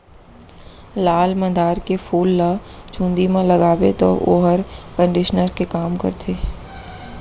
लाल मंदार के फूल ल चूंदी म लगाबे तौ वोहर कंडीसनर के काम करथे